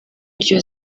iryo